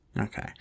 okay